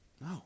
No